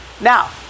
now